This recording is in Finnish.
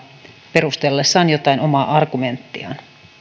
perustellessaan jotain omaa argumenttiaan